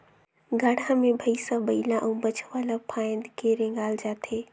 गाड़ा मे भइसा बइला अउ बछवा ल फाएद के रेगाल जाथे